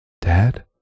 Dad